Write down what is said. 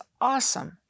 awesome